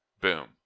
Boom